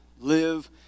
Live